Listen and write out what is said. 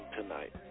tonight